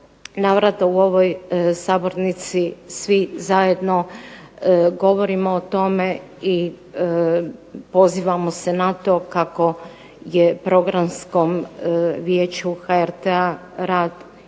navrata u ovoj sabornici svi zajedno govorimo o tome i pozivamo se na to kako je Programskom vijeću HRT-a rad